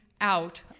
out